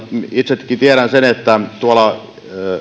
itsekin tiedän sen että tuolla